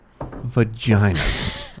Vaginas